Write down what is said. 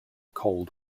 cold